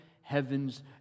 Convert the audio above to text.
heavens